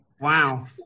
Wow